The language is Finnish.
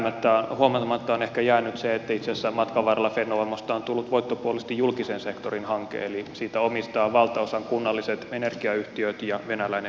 huomaamatta on ehkä jäänyt se että itse asiassa matkan varrella fennovoimasta on tullut voittopuolisesti julkisen sektorin hanke eli siitä omistavat valtaosan kunnalliset energiayhtiöt ja venäläinen valtionyhtiö